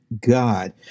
God